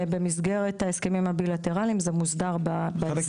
במסגרת ההסכמים הבילטרליים זה מוסדר בהסכם.